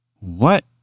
What